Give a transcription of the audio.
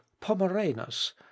Pomeranus